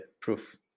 proof